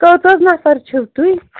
کٔژ حظ نَفر چھِو تُہۍ